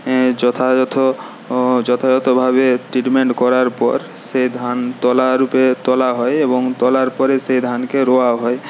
হ্যাঁ যথাযথ যথাযথভাবে ট্রিটমেন্ট করার পর সেই ধান তোলা রূপে তোলা হয় এবং তোলার পরে সেই ধানকে রোয়া হয়